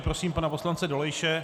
Prosím pana poslance Dolejše.